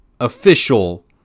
official